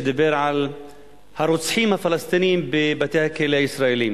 שדיבר על הרוצחים הפלסטינים בבתי-הכלא הישראליים,